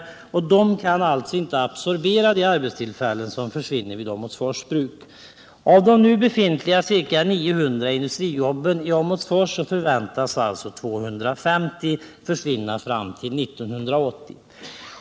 Det företaget kan alltså inte ersätta de arbetstillfällen som försvinner vid Åmotfors Bruk. Av nu befintliga ca 900 industrijobb i Åmotfors förväntas alltså 250 försvinna fram till 1980.